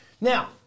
Now